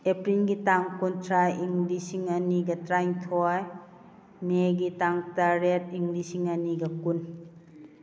ꯑꯦꯄꯔꯤꯜꯒꯤ ꯇꯥꯡ ꯀꯨꯟꯊꯔꯥ ꯏꯪ ꯂꯤꯁꯤꯡ ꯑꯅꯤꯒ ꯇꯔꯥꯅꯤꯊꯣꯏ ꯃꯦꯒꯤ ꯇꯥꯡ ꯇꯔꯦꯠ ꯏꯪ ꯂꯤꯁꯤꯡ ꯑꯅꯤꯒ ꯀꯨꯟ